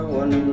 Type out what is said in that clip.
one